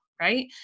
right